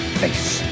face